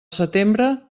setembre